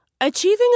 Achieving